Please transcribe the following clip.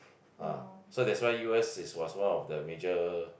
ah so that's why U_S is was one of the major